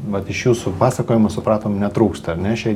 vat iš jūsų pasakojimo supratom netrūksta ar ne šiai